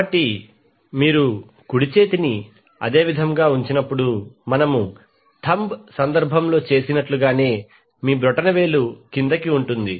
కాబట్టి మీరు కుడి చేతిని అదేవిధముగా ఉంచినప్పుడు మనము థంబ్ సందర్భంలో చేసినట్లుగానే మీ బొటనవేలు క్రిందికి ఉంటుంది